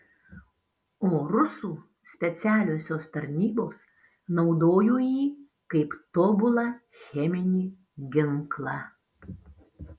o rusų specialiosios tarnybos naudojo jį kaip tobulą cheminį ginklą